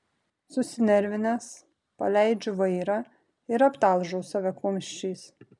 susinervinęs paleidžiu vairą ir aptalžau save kumščiais